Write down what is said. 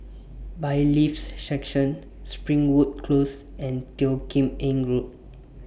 Bailiffs' Section Springwood Close and Teo Kim Eng Road